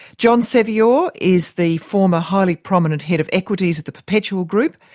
john sevior is the former, highly prominent head of equities at the perpetual group,